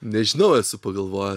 nežinau esu pagalvojęs